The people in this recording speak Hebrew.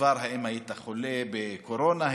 האם היית חולה בקורונה?